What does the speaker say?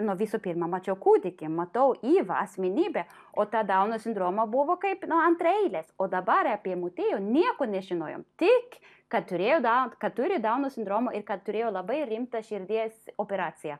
nu visų pirma mačiau kūdikį matau ivą asmenybę o tą dauno sindromą buvo kaip antraeilis o dabar apie motiejų nieko nežinojom tik kad turėjo daun kad turi dauno sindromą ir kad turėjo labai rimtą širdies operaciją